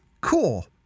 cool